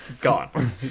gone